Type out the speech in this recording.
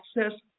access